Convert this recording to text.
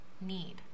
need